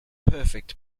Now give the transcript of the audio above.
perfect